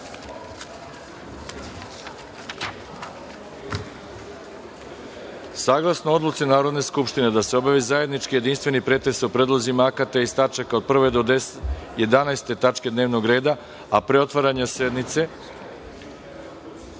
sednice. Saglasno odluci Narodne skupštine da se obavi zajednički jedinstveni pretres o predlozima akata iz tačaka od 1. do 11. tačke dnevnog reda, a pre otvaranja zajedničkog